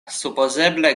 supozeble